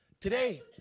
today